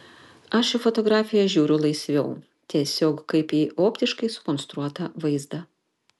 aš į fotografiją žiūriu laisviau tiesiog kaip į optiškai sukonstruotą vaizdą